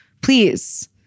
please